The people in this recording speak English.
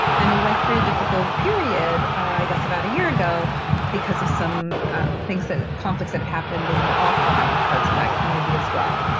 and it went through a difficult period i guess about a year ago because of some and things, conflicts that happened in the off-line parts of that community as well.